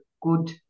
good